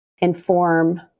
inform